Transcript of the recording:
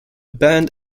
band